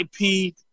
IP